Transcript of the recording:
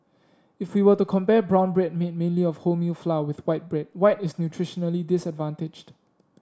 if we were to compare brown bread made mainly of wholemeal flour with white bread white is nutritionally disadvantaged